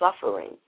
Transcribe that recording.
suffering